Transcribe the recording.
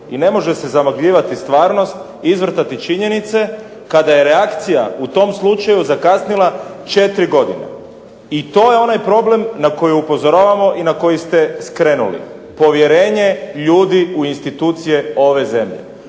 I ne može se zamagljivati stvarnost i izvrtati činjenice kada je reakcija u tom slučaju zakasnila 4 godine. I to je onaj problem na koji upozoravamo i na koji ste skrenuli. Povjerenje ljudi u institucije ove zemlje.